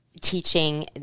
teaching